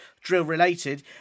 drill-related